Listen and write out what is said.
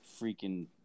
Freaking